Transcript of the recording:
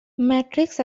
metric